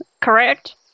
correct